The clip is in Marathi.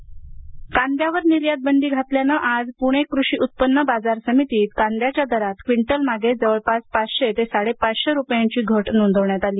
बाजार समिती कांद्यावर निर्यातबंदी घातल्याने आज पुणे कृषी उत्पन्न बाजार समितीत कांद्याच्या दरात क्विंटल मागे जवळपास पाचशे ते साडेपाचशे रुपयांची घट नोंदवण्यात आली